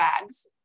bags